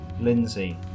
Lindsay